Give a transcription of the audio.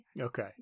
Okay